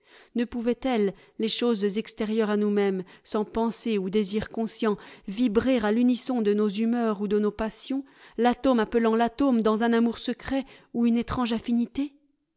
ne pouvaient-elles les choses extérieures à nous-mêmes sans pensée ou désir conscients vibrer à l'unisson de nos humeurs ou de nos passions l'atome appelant l'atome dans un amour secret ou une étrange affinité